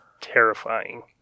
terrifying